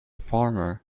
farmer